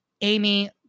Amy